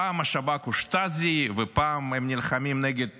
פעם השב"כ הוא שטאזי, ופעם הם נלחמים נגד